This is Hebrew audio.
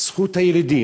זכות הילידים.